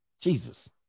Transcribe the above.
Jesus